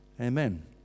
Amen